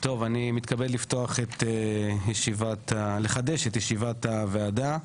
אני מתכבד לחדש את ישיבת הוועדה,